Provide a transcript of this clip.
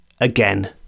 again